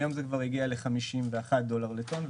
היום זה כבר הגיע ל-51 דולר לטון.